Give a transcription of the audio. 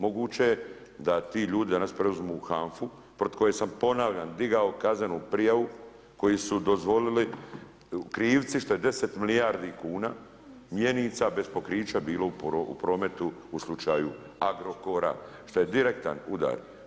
Moguće je da ti ljudi danas preuzmu HANFA-u protiv koje sam ponavljam digao kaznenu prijavu, koji su dozvolili krivci što je 10 milijardi kuna mjenica bez pokrića bilo u prometu u slučaju Agrokora, što je direktan udar.